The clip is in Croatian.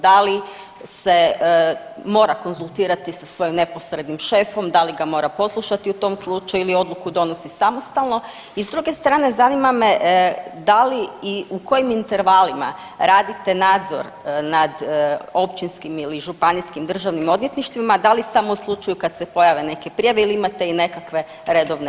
Da li se mora konzultirati sa svojim neposrednim šefom, da li ga mora poslušati u tom slučaju ili odluku donosi samostalno, i s druge strane zanima me, da li, i u kojim intervalima radite nadzor nad Općinskim ili Županijskim državnim odvjetništvima, da li samo u slučaju kad se pojave neke prijave ili imate i nekakve redovne